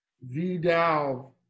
Vidal